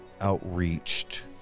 outreached